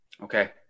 Okay